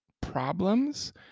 problems